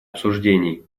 обсуждений